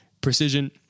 precision